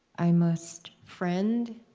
i must friend,